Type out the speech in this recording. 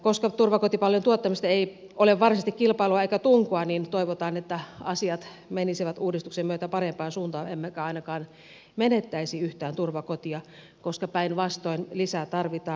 koska turvakotipalvelujen tuottamisesta ei ole varsinaisesti kilpailua eikä tunkua niin toivotaan että asiat menisivät uudistuksen myötä parempaan suuntaan emmekä ainakaan menettäisi yhtään turvakotia koska päinvastoin lisää tarvitaan